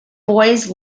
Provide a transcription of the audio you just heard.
boys